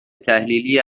تحلیلی